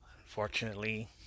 Unfortunately